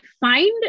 find